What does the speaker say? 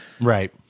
Right